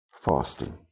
fasting